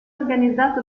organizzato